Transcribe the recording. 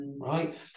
Right